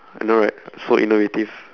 I know right so innovative